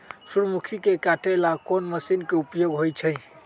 सूर्यमुखी के काटे ला कोंन मशीन के उपयोग होई छइ?